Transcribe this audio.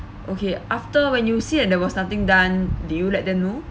okay after when you see and there was nothing done do you let them know